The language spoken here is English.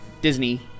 Disney